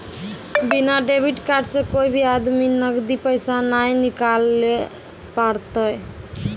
बिना debit card से कोय भी आदमी नगदी पैसा नाय निकालैल पारतै